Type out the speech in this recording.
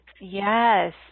Yes